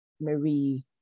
Marie